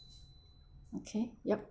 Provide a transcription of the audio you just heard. okay yup